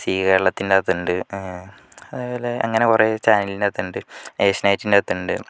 see കേരളത്തിൻ്റകത്തുണ്ട് അതേപോലെ അങ്ങനെ കുറേ ചാനലിൻ്റകത്തുണ്ട് ഏഷ്യാനെറ്റിനകത്തുണ്ട്